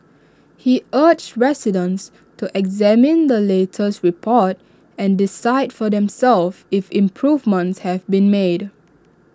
he urged residents to examine the latest report and decide for themselves if improvements have been made